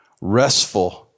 restful